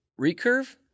recurve